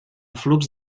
flux